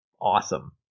awesome